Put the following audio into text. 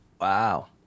Wow